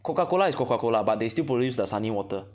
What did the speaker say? Coca Cola is Coca Cola lah but they still produce Dasani water